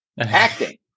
Acting